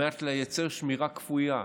על מנת לייצר שמירה כפויה,